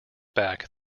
back